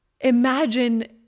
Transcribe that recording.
imagine